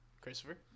Christopher